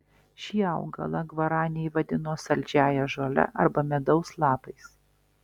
šį augalą gvaraniai vadino saldžiąja žole arba medaus lapais